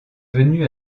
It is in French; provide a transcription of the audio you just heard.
venu